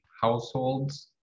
households